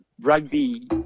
rugby